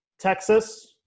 Texas